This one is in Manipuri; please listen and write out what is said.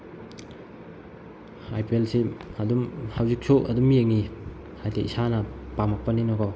ꯑꯥꯏ ꯄꯤ ꯑꯦꯜꯁꯤ ꯑꯗꯨꯝ ꯍꯧꯖꯤꯛꯁꯨ ꯑꯗꯨꯝ ꯌꯦꯡꯉꯤ ꯍꯥꯏꯗꯤ ꯏꯁꯥꯅ ꯄꯥꯝꯃꯛꯄꯅꯤꯅ ꯀꯣ